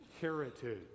heritage